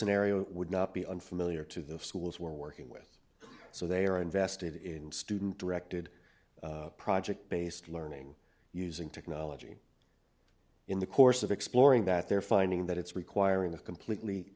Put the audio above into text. scenario would not be unfamiliar to the schools we're working with so they are invested in student directed project based learning using technology in the course of exploring that they're finding that it's requiring a completely